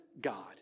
God